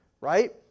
right